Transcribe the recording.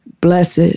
blessed